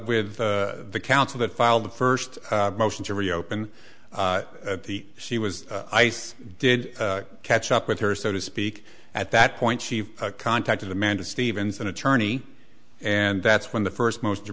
th the counsel that filed the first motion to reopen the she was ice did catch up with her so to speak at that point she contacted amanda stevens an attorney and that's when the first most to